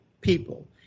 people